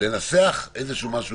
לנסח איזשהו משהו,